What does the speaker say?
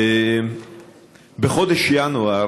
בחודש ינואר